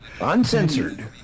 uncensored